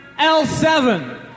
L7